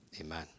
amen